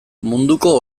munduko